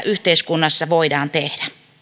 yhteiskunnassa voidaan tehdä